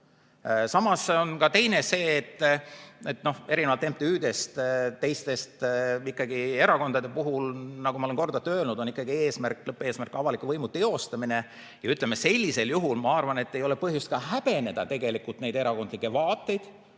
Samas on ka teine see, et erinevalt MTÜ‑dest ikkagi erakondade puhul, nagu ma olen korduvalt öelnud, on ikkagi eesmärk, lõppeesmärk, avaliku võimu teostamine. Ja sellisel juhul, ma arvan, ei ole põhjust ka häbeneda neid erakondlikke vaateid